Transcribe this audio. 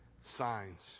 signs